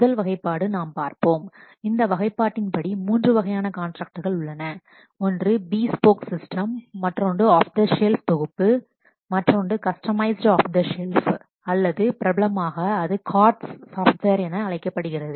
முதல் வகைப்பாடு நாம் பார்ப்போம் இந்த வகைப்பாட்டின் படி மூன்று வகையான கான்ட்ராக்ட்கள் உள்ளன ஒன்று பிஸ்போக் சிஸ்டம் மற்றொன்று ஆஃப் த ஷெல்ஃப் தொகுப்பு மற்றொன்று கஸ்டமைஸ்டு ஆஃப் த ஷெல்ஃப் அல்லது பிரபலமாக இது COTS சாஃப்ட்வேர் என அழைக்கப்படுகிறது